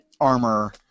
armor